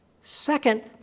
second